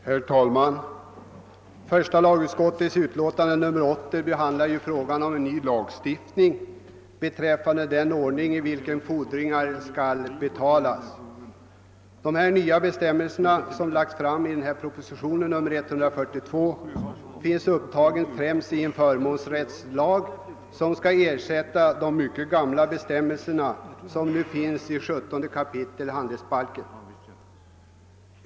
Herr talman! Första lagutskottets utlåtande nr 80 behandlar frågan om en ny lagstiftning beträffande den ordning i vilken fordringar skall betalas. De nya bestämmelserna, som lagts fram i propositionen nr 142, finns upptagna främst i en förmånsrättslag, som skall ersätta de mycket gamla bestämmelser som nu finns i 17 kap. handelsbalken.